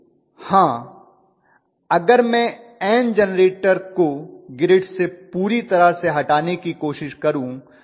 हाँ अगर मैं एन जेनरेटर को ग्रिड से पूरी तरह से हटाने की कोशिश करूं तो इससे फर्क पड़ेगा